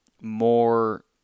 more